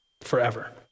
forever